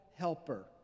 helper